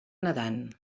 nedant